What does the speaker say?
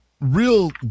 real